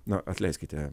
na atleiskite